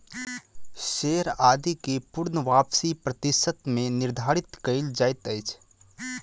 share आदि के पूर्ण वापसी प्रतिशत मे निर्धारित कयल जाइत अछि